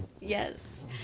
yes